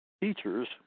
teachers